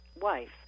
wife